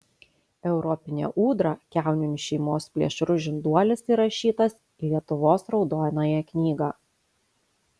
europinė ūdra kiauninių šeimos plėšrus žinduolis įrašytas į lietuvos raudonąją knygą